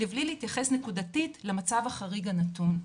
לבלי להתייחס נקודתית למצב החריג הנתון.